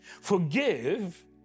Forgive